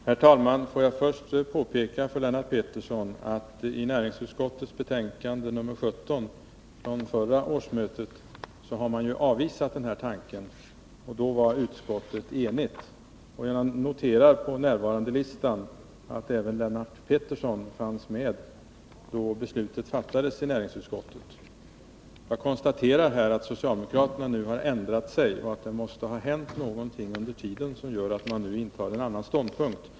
Herr talman! Får jag först, Lennart Pettersson, framhålla att ett enigt näringsutskott avvisade den aktuella tanken i sitt betänkande nr 17 från förra riksmötet. Enligt närvarolistan var även Lennart Pettersson med den gången. Jag konstaterar att socialdemokraterna har ändrat sig och att det måste hz hänt någonting under tiden som gör att man nu intar en annan ståndpunkt.